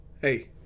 Hey